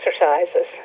exercises